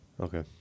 okay